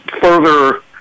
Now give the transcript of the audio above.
further